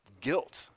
guilt